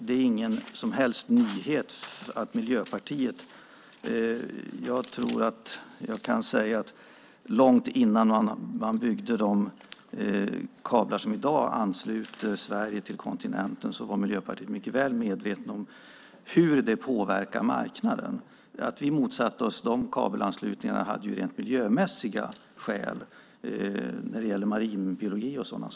Jag kan nog säga att långt innan man byggde de kablar som i dag ansluter Sverige till kontinenten var Miljöpartiet mycket väl medvetet om hur det påverkar marknaden. Att vi motsatte oss de kabelanslutningarna hade ju rent miljömässiga skäl när det gäller marinbiologi och sådant.